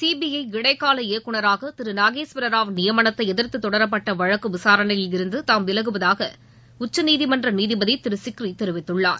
CBI இடைக்கால இயக்குனராக திரு நாகேஸ்வரராவ் நியமனத்தை எதிர்த்து தொடரப்பட்ட வழக்கு விசாரணையில் இருந்து தாம் விலகுவதாக உச்சநீதிமன்ற நீதிபதி திரு சிக்ரி தெரிவித்துள்ளார்